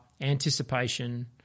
anticipation